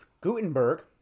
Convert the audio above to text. Gutenberg